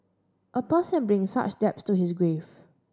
a person brings such debts to his grave